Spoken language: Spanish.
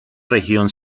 región